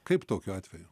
kaip tokiu atveju